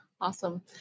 Awesome